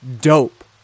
dope